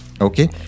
Okay